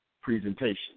presentation